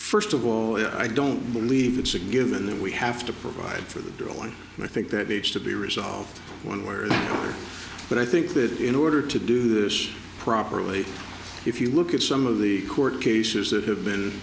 first of all i don't believe it's a given that we have to provide for the drilling and i think that needs to be resolved one way or another but i think that in order to do this properly if you look at some of the court cases that have been